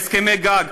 והסכמי גג.